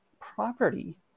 property